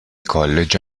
college